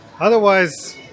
Otherwise